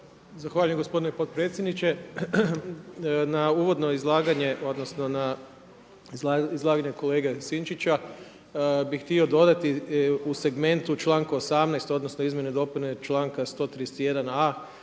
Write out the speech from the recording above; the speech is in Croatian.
Zahvaljujem gospodine potpredsjedniče. Na uvodno izlaganje odnosno na izlaganje kolege Sinčića bi htio dodati u segmentu u članku 18. odnosno izmjene i dopune članka 131.